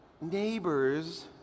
neighbors